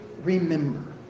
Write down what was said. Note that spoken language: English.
remember